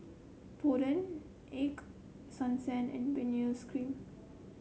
Polident Ego Sunsense and Benzac Cream